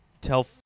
tell